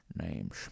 Names